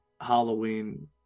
Halloween